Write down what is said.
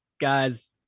Guys